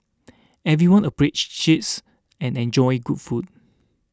everyone appreciates and enjoys good food